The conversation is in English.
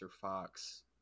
Fox